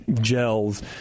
gels